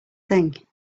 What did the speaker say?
thing